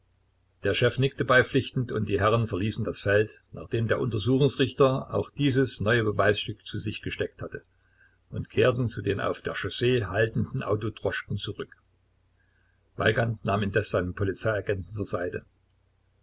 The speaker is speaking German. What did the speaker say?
der chef nickte beipflichtend und die herren verließen das feld nachdem der untersuchungsrichter auch dieses neue beweisstück zu sich gesteckt hatte und kehrten zu den auf der chaussee haltenden autodroschken zurück weigand nahm indes seinen polizeiagenten zur seite